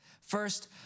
First